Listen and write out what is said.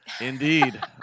indeed